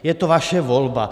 Je to vaše volba.